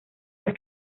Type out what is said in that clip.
los